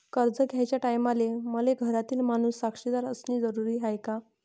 कर्ज घ्याचे टायमाले मले घरातील माणूस साक्षीदार असणे जरुरी हाय का?